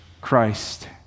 Christ